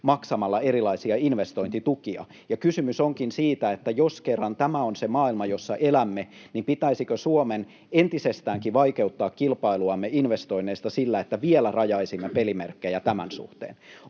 maksamalla erilaisia investointitukia, ja kysymys onkin siitä, että jos kerran tämä on se maailma, jossa elämme, pitäisikö Suomen entisestäänkin vaikeuttaa kilpailuamme investoinneista sillä, että vielä rajaisimme pelimerkkejä tämän suhteen.